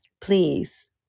please